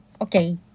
okay